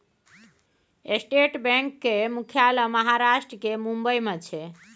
state bank केर मुख्यालय महाराष्ट्र केर मुंबई मे छै